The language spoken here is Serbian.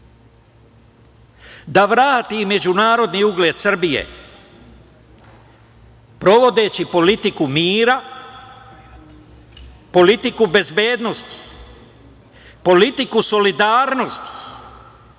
da vrati međunarodni ugled Srbije, provodeći politiku mira, politiku bezbednosti, politiku solidarnosti,